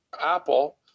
Apple